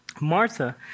Martha